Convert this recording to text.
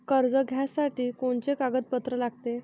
कर्ज घ्यासाठी कोनचे कागदपत्र लागते?